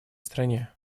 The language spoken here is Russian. стране